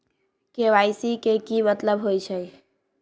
KYC के कि मतलब होइछइ?